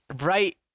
right